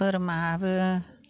बोरमायाबो